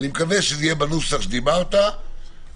אני מקווה שזה יהיה בנוסח שדיברת ודיברנו,